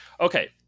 okay